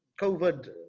COVID